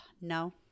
no